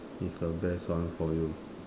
is the best one for you